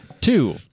Two